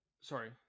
sorry